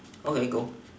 okay go